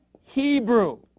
Hebrew